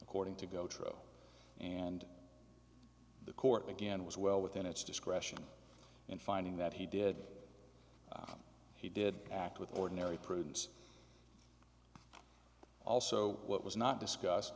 according to goto and the court again was well within its discretion and finding that he did he did act with ordinary prudence also what was not discuss